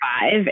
five